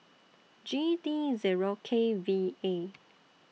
G D Zero K V A